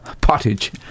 pottage